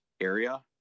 area